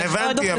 הבנתי.